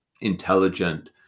intelligent